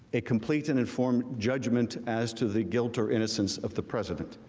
a complete and informed judgment as to the guilt or innocence of the president.